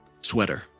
Sweater